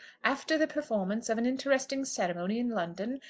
after the performance of an interesting ceremony in london,